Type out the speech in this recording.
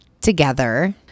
together